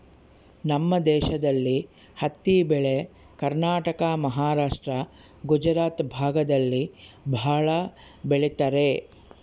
ನಮ್ ದೇಶದಲ್ಲಿ ಹತ್ತಿ ಬೆಳೆ ಕರ್ನಾಟಕ ಮಹಾರಾಷ್ಟ್ರ ಗುಜರಾತ್ ಭಾಗದಲ್ಲಿ ಭಾಳ ಬೆಳಿತರೆ